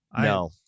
No